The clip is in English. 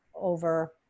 over